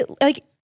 like-